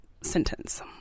sentence